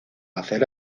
hacer